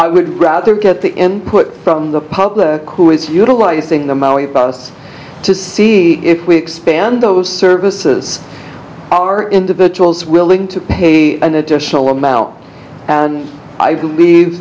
i would rather get the end put from the public who is utilizing the moet bus to see if we expand those services are individuals willing to pay an additional amount and i believe